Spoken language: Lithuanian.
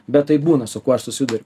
bet taip būna su kuo aš susiduriu